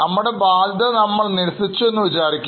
നമ്മുടെ ബാധ്യത നമ്മൾ നിരസിച്ചു എന്ന് വിചാരിക്കുക